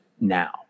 now